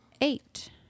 eight